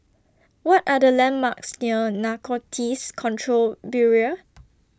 What Are The landmarks near Narcotics Control Bureau